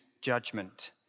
judgment